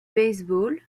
baseball